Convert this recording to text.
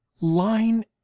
line